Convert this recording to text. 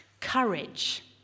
Courage